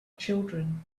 children